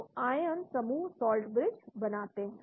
तो आयन समूह साल्ट ब्रिज बनाते हैं